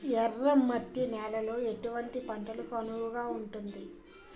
ఎర్ర మట్టి నేలలో ఎటువంటి పంటలకు అనువుగా ఉంటుంది?